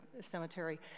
cemetery